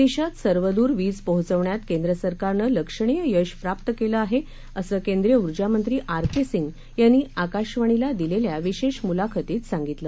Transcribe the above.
देशात सर्वद्र वीज पोहचवण्यात केंद्र सरकारनं लक्षणीय यश प्राप्त केलं आहे असं केंद्रीय ऊर्जामंत्री आर के सिंग यांनी आकाशवाणीचा दिलेल्या विशेष मुलाखतीत सांगितलं